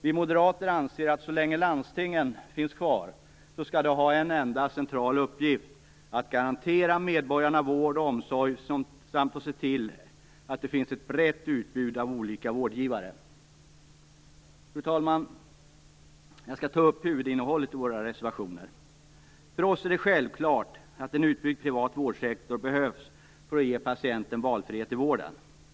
Vi moderater anser att landstingen, så länge de finns kvar, skall ha en enda central uppgift, nämligen att garantera medborgarna vård och omsorg samt att se till att det finns ett brett utbud av olika vårdgivare. Fru talman! Jag skall ta upp huvudinnehållet i våra reservationer. För oss är det självklart att en utbyggd privat vårdsektor behövs för att ge patienten valfrihet i vården.